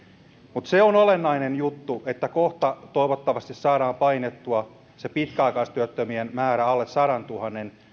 mutta se on olennainen juttu että kohta toivottavasti saadaan painettua se pitkäaikaistyöttömien määrä alle sadantuhannen